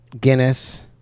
Guinness